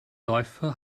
läufer